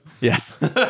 Yes